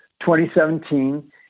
2017